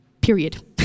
Period